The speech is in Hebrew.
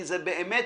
כי באמת